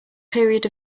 period